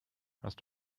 hast